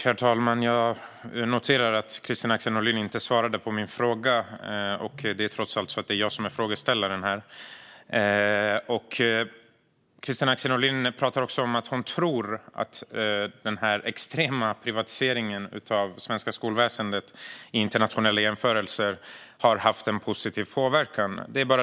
Herr talman! Jag noterar att Kristina Axén Olin inte svarade på min fråga. Det är trots allt jag som är frågeställare här. Kristina Axén Olin talar också om att hon tror att den i internationella jämförelser extrema privatiseringen av det svenska skolväsendet har haft en positiv påverkan.